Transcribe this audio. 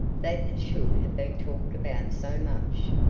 that it should have been talked about so much.